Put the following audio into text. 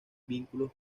vínculos